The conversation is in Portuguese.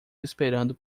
esperando